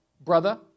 brother